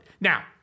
Now